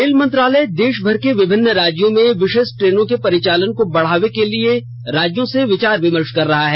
rail मंत्रालय देशभर के विभिन्न राज्यों में विशेष ट्रेनों के परिचालन को बढ़ाने के लिए राज्यों से विचार विमर्श कर रहा है